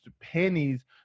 pennies